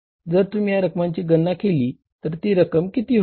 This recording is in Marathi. जर तुम्ही या रकमांची गणना केली तर ती रक्कम किती होईल